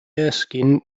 erskine